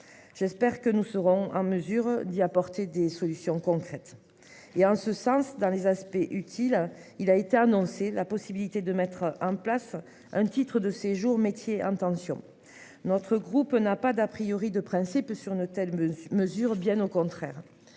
J'espère que nous serons en mesure d'y apporter des solutions concrètes et en ce sens dans les aspects utiles. Il a été annoncé la possibilité de mettre en place un titre de séjour métiers en tension. Notre groupe n'a pas d'a priori de principe sur nos telle mesure mesure bien au contraire.